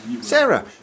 Sarah